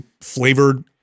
flavored